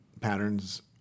patterns